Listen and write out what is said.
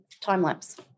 time-lapse